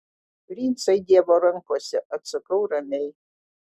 princai dievo rankose atsakau ramiai